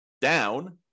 down